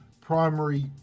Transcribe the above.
primary